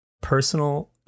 personal